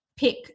pick